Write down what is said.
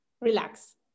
relax